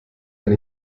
wenn